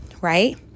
right